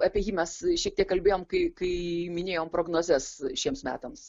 apie jį mes šiek tiek kalbėjom kai kai minėjom prognozes šiems metams